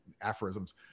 aphorisms